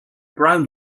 brown